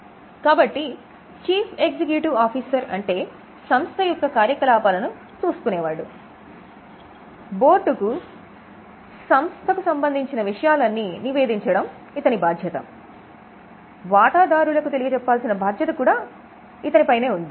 కాబట్టి chief executive officer అంటే సంస్థ యొక్క కార్యకలాపాలను చూసుకునేవాడు బోర్డుకు సంస్థ విషయాలన్నీ నివేదించడానికి కూడా బాధ్యత వహిస్తాడు వాటాదారులకు నివేదించాల్సిన బాధ్యత కూడా ఉంది